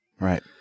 Right